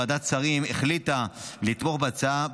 ועדת שרים החליטה לתמוך בהצעת